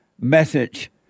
message